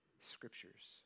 scriptures